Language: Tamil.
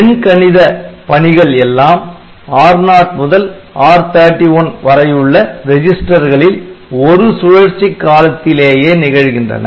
எண் கணித பணிகள் எல்லாம் R0 முதல் R31 வரையுள்ள ரெஜிஸ்டர்களில் ஒரு சுழற்சி காலத்திலேயே நிகழ்கின்றன